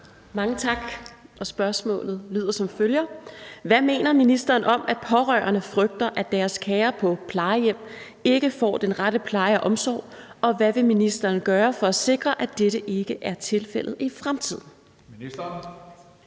af: Marlene Harpsøe (DD): Hvad mener ministeren om, at pårørende frygter, at deres kære på plejehjem ikke får den rette pleje og omsorg, og hvad vil ministeren gøre for at sikre, at dette ikke er tilfældet i fremtiden?